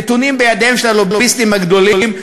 נתונים בידיהם של הלוביסטים הגדולים,